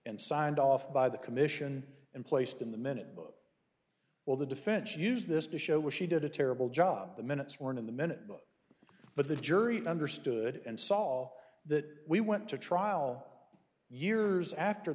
and signed off by the commission and placed in the minute book well the defense used this to show where she did a terrible job the minute sworn in the minute but the jury understood and saw that we went to trial years after